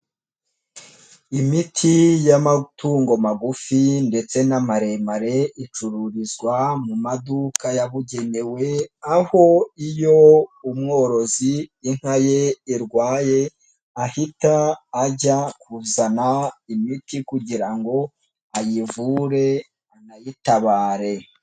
Imiti y'amatungo magufi ndetse n'amaremare, icururizwa mu maduka yabugenewe, aho iyo umworozi inka ye yarwaye ahita ajya kuzana imiti kugira ngo ayivure anayitabare.